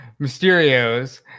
Mysterios